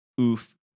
Oof